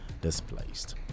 displaced